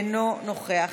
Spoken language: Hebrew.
אינו נוכח.